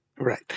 Right